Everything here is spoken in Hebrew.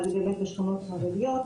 אחד זה בשכונות חרדיות,